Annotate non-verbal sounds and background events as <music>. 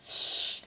<breath>